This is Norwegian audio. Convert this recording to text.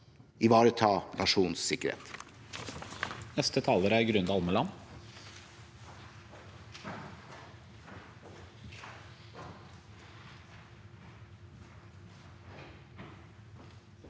– ivareta nasjonens sikkerhet.